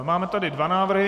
Máme tady dva návrhy.